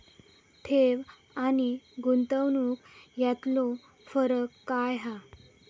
ठेव आनी गुंतवणूक यातलो फरक काय हा?